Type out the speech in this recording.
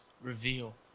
reveal